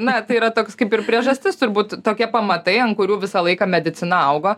na tai yra toks kaip ir priežastis turbūt tokie pamatai ant kurių visą laiką medicina augo